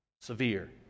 severe